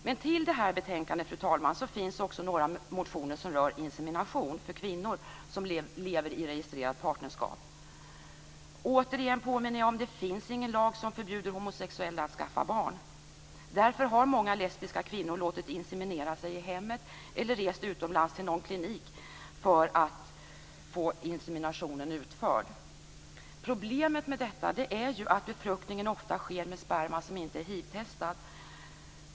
Men i detta betänkande, fru talman, behandlas också några motioner som rör insemination för kvinnor som lever i registrerat partnerskap. Återigen påminner jag om att det inte finns någon lag som förbjuder homosexuella att skaffa barn. Därför har många lesbiska kvinnor låtit inseminera sig i hemmet eller rest utomlands till någon klinik för att få inseminationen utförd. Problemet med detta är ju att befruktningen ofta sker med sperma som inte är hiv-testad.